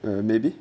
well maybe